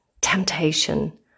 temptation